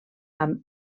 amb